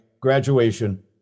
graduation